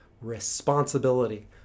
responsibility